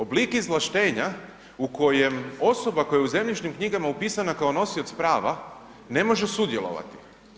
Oblik izvlaštenja u kojem osoba koja je u zemljišnim knjigama upisana kao nosioc prava ne može sudjelovati.